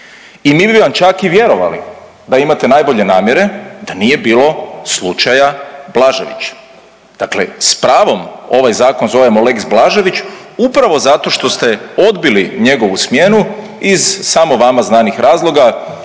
i mi bi vam čak i vjerovali da imate najbolje namjere da nije bilo slučaja Blažević, dakle s pravom ovaj zakon zovemo lex Blažević upravo zato što ste odbili njegovu smjenu iz samo vama znanih razloga,